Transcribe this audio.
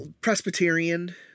Presbyterian